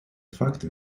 факти